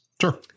Sure